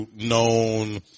known